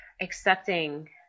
accepting